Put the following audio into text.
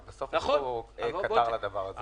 אבל בסוף צריך קטר לדבר הזה,